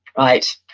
right?